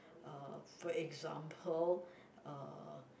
uh for example uh